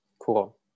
Cool